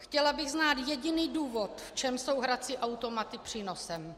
Chtěla bych znát jediný důvod, v čem jsou hrací automaty přínosem.